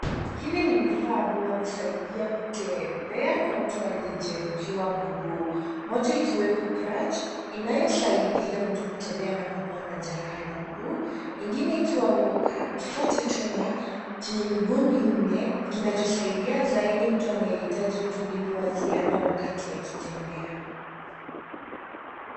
Hivi ni vifaa vinavyosaidia kutembea kwa mtu aliyejeruhiwa miguu. Moja ikiwepo (cs)crutch(cs) inayosaidia mtu kutembea anapokuwa na jeraha la mguu ,ingine ikiwa (cs)walker(cs),kifaa cha chuma, chenye miguu minne kinachosaidia zaidi mtu anahitaji utulivu wa ziada wakati akitembea.